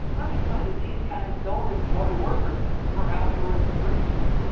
let me tell you, these guys don't employ workers for altruistic reasons.